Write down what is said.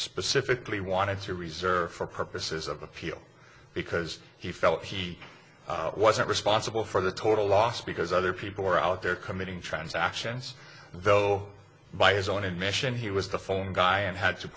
specifically wanted to reserve for purposes of appeal because he felt he wasn't responsible for the total loss because other people were out there committing transactions though by his own admission he was the phone guy and had to